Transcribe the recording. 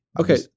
Okay